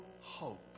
hope